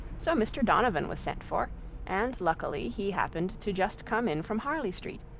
so mr. donavan was sent for and luckily he happened to just come in from harley street,